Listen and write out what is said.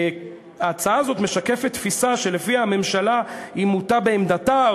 ההצעה הזאת משקפת תפיסה שלפיה הממשלה מוטה בעמדתה,